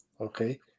Okay